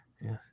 Yes